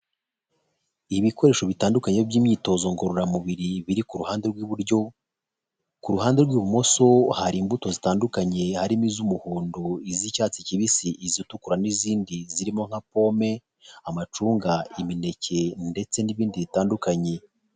Ibikoresho bitandukanye by'imyitozo ngororamubiri biri ku ruhande rw'iburyo; ku ruhande rw'ibumoso hari imbuto zitandukanye; harimo iz'umuhondo, iz'icyatsi kibisi, izitukura n'izindi zirimo nka pome; amacunga, imineke ndetse n'ibindi bitandukanye.